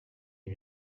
ngo